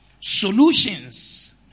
solutions